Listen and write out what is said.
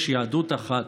יש יהדות אחת.